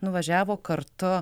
nuvažiavo kartu